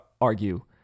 argue